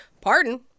Pardon